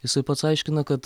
jisai pats aiškina kad